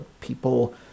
people